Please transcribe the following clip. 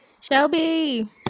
Shelby